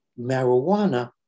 marijuana